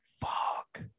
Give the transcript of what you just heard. fuck